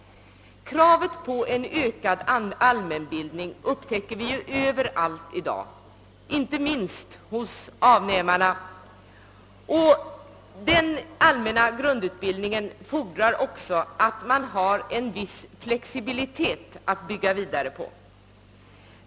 Kravet på en ökad allmänbildning upptäcker vi överallt i dag, inte minst hos avnämarna. Den allmänna grundutbildningen innebär att vi får en viss flexibilitet att bygga vidare på.